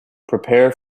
prepare